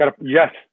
Yes